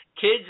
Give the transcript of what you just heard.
kids